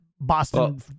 Boston –